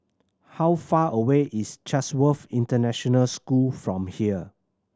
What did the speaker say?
how far away is Chatsworth International School from here